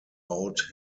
out